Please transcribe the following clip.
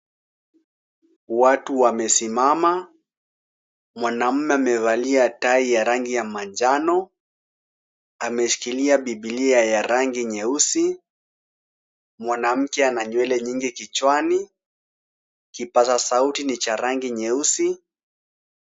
Watu wamesimama. Mwanaume amevalia tai ya rangi ya manjano. Ameshikilia Bibilia ya rangi nyeusi. Mwanamke ana nywele nyingi kichwani. Kipazasauti ni cha rangi nyeusi.